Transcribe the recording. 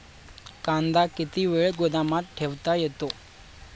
कांदा किती वेळ गोदामात ठेवता येतो?